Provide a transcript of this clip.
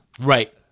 Right